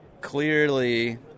Clearly